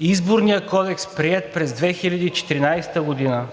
Изборният кодекс, приет през 2014 г.,